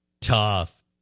Tough